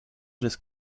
des